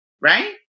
Right